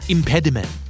Impediment